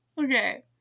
Okay